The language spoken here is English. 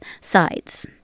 sides